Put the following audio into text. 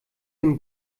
den